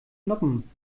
noppen